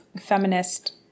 feminist